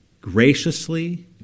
graciously